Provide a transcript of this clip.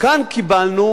כאן קיבלנו